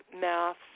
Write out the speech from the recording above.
math